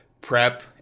Prep